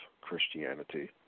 Christianity